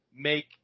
make